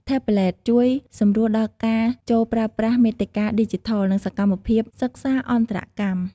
ថេបប្លេត (Tablet) ជួយសម្រួលដល់ការចូលប្រើប្រាស់មាតិកាឌីជីថល និងសកម្មភាពសិក្សាអន្តរកម្ម។